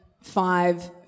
five